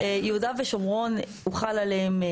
נאותים.